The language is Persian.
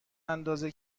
اندازه